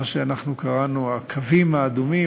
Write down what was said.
מה שאנחנו קראנו "הקווים האדומים",